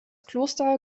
kloster